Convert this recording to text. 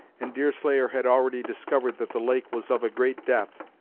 and deerslayer had already discovered that the lake was of a great depth,